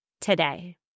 today